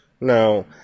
No